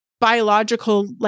biological